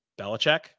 Belichick